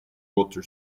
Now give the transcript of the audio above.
water